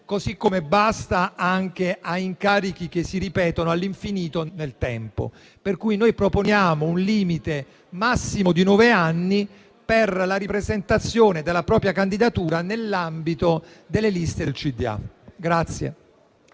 così come anche a incarichi che si ripetono all'infinito nel tempo, proponendo un limite massimo di nove anni per la ripresentazione della propria candidatura nell'ambito delle liste del Consiglio